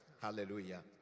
Hallelujah